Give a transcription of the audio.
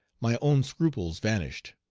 my own scruples vanished.